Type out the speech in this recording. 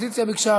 האופוזיציה ביקשה.